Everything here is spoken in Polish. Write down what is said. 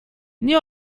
nie